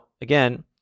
again